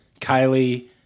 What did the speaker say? Kylie